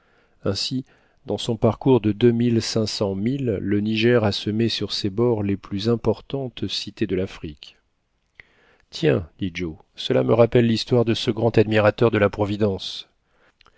ainsi dans son parcours de deux mille cinq cents milles le niger a semé sur ses bords les plus importantes cités de l'afrique tiens dit joe cela me rappelle l'histoire de ce grand admirateur de la providence